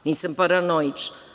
Nisam paranoična.